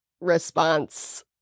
response